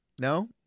No